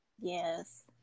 Yes